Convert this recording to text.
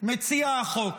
מציע החוק.